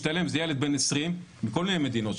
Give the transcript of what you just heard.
זה ילד בן 20 מכל מיני מדינות,